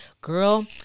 girl